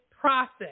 process